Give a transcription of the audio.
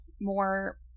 more